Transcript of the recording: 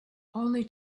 only